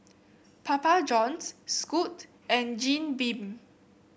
Papa Johns Scoot and Jim Beam